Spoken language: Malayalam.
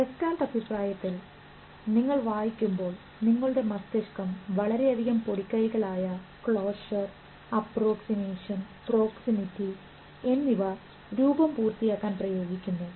ഗസ്റ്റാൾട്ട് അഭിപ്രായത്തിൽ നിങ്ങൾ വായിക്കുമ്പോൾ നിങ്ങളുടെ മസ്തിഷ്കം വളരെയധികം പൊടിക്കൈകൾ ആയ ക്ലോഷർ അപ്രൊക്സിമേഷൻ പ്രോക്സിമിറ്റി എന്നിവ രൂപം പൂർത്തിയാക്കാൻ പ്രയോഗിക്കുന്നു